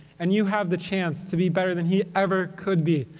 and you have the chance to be better than he ever could be,